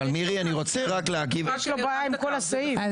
יש לו בעיה עם כל הסעיף.